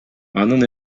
анын